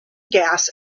gas